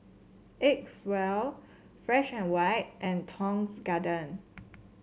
Acwell Fresh And White and Tong's Garden